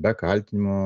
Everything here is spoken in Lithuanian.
be kaltinimų